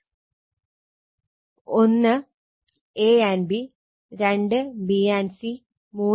a and b b and c a and c